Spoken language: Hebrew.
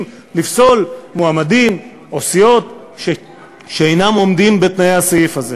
לפסול מועמדים או סיעות שאינם עומדים בתנאי הסעיף הזה.